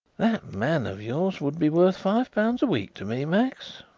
that man of yours would be worth five pounds a week to me, max,